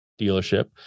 dealership